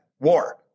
War